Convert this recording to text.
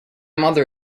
mother